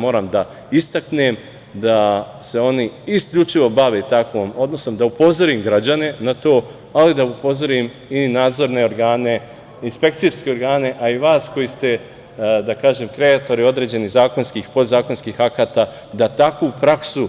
Moram da istaknem da se oni isključivo bave takvim, odnosno da upozorim građane na to, ali da upozorim i nadzorne organe, inspekcijske organe, a i vas koji ste kreatori određenih zakonskih, podzakonskih akata, da takvu praksu